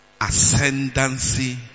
ascendancy